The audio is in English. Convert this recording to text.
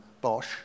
Bosch